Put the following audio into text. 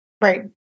Right